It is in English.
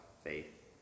faith